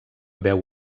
veu